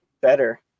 better